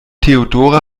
theodora